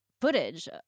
footage